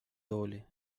долі